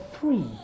free